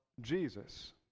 Jesus